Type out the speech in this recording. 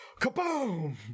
kaboom